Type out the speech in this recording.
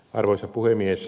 arvoisa puhemies